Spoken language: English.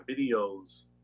videos